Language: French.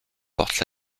portes